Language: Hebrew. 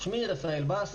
שמי רפאל בס,